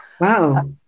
wow